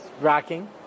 rocking